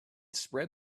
spread